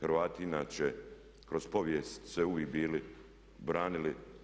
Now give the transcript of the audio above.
Hrvati inače kroz povijest su se uvijek bili branili.